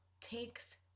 takes